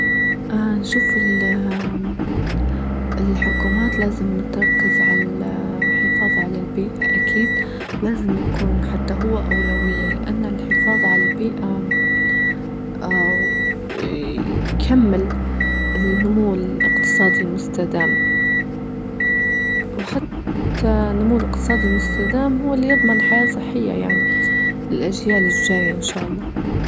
اه نشوف ال-الحكومات لازم تركز على الحفاظ على البيئة أكيد لازم يكون حتى هو أولوية لأن الحفاظ على البيئة يكمل النمو الإقتصادي المستدام، وحتى النمو الإقتصادي المستدام هو اللي يضمن حياة صحية يعني للأجيال الجاية إن شاء الله.